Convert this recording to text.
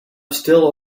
still